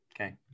okay